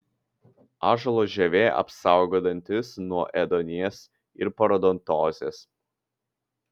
ąžuolo žievė apsaugo dantis nuo ėduonies ir parodontozės